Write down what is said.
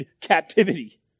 captivity